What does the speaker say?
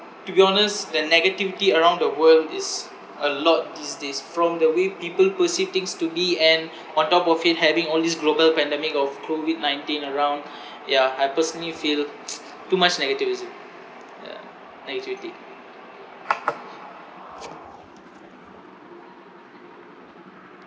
to be honest the negativity around the world is a lot these days from the way people perceive things to be and on top of it having all this global pandemic of COVID nineteen around ya I personally feel too much negativism yeah now it's your take